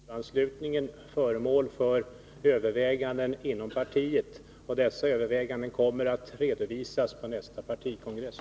Herr talman! Som jag har sagt är kollektivanslutningen föremål för överväganden inom partiet. Dessa överväganden kommer att redovisas på nästa partikongress.